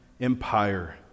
Empire